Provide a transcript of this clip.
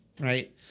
Right